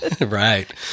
Right